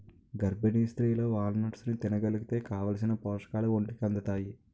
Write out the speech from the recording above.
గర్భిణీ స్త్రీలు వాల్నట్స్ని తినగలిగితే కావాలిసిన పోషకాలు ఒంటికి అందుతాయి